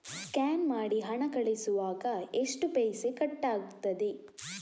Scan ಮಾಡಿ ಹಣ ಕಳಿಸುವಾಗ ಎಷ್ಟು ಪೈಸೆ ಕಟ್ಟಾಗ್ತದೆ?